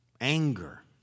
Anger